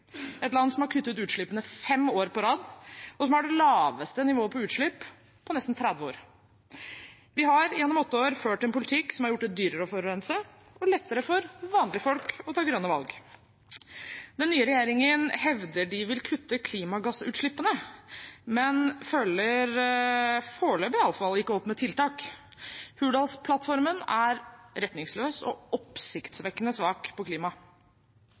et land som har kuttet utslippene fem år på rad, og har det laveste nivået på utslipp på nesten 30 år. Vi har gjennom åtte år ført en politikk som har gjort det dyrere å forurense og lettere for vanlige folk å ta grønne valg. Den nye regjeringen hevder den vil kutte klimagassutslippene, men følger – iallfall foreløpig – ikke opp med tiltak. Hurdalsplattformen er retningsløs og oppsiktsvekkende svak på klima,